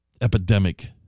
epidemic